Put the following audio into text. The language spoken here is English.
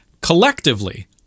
collectively